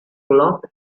cloth